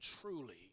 Truly